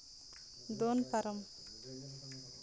ᱫᱚᱱ ᱯᱟᱨᱚᱢ